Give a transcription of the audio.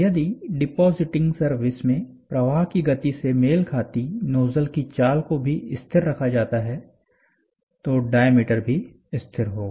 यदि depositing service में प्रवाह की गति से मेल खाती नोजल की चाल को भी स्थिर रखा जाता है तो डायामीटर भी स्थिर होगा